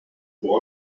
pour